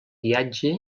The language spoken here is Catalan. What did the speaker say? guiatge